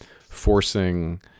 forcing